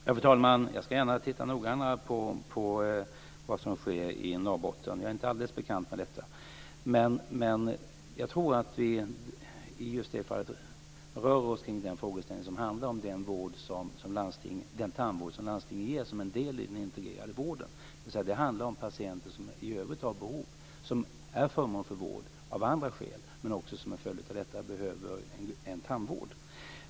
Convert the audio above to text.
Fru talman! Jag ska gärna titta noggrannare på vad som sker i Norrbotten. Jag är inte alldeles bekant med detta. Jag tror att vi just i det här fallet rör oss kring den fråga som gäller den tandvård som landstinget ger som en del i den integrerade vården. Det handlar om patienter som i övrigt är föremål för vård av andra skäl och som en följd av detta behöver tandvård.